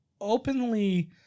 openly